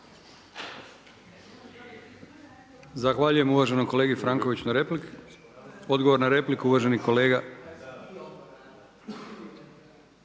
Zahvaljujem uvaženom kolegi Bobanu na replici. Odgovor na repliku, uvaženi kolega